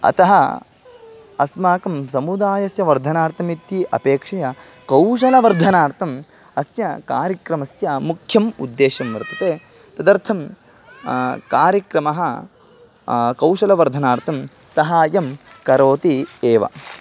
अतः अस्माकं समुदायस्य वर्धनार्थमिति अपेक्षया कौशलवर्धनार्थम् अस्य कार्यक्रमस्य मुख्यम् उद्देश्यं वर्तते तदर्थं कार्यक्रमः कौशलवर्धनार्थं सहायं करोति एव